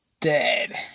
dead